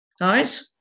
Right